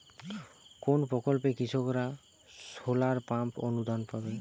কোন প্রকল্পে কৃষকরা সোলার পাম্প অনুদান পাবে?